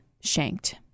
shanked